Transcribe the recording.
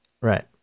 Right